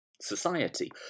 Society